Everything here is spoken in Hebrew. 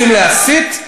רוצים להסית?